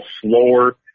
slower